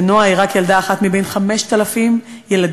ונועה היא רק ילדה אחת מבין 5,000 ילדים,